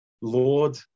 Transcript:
Lord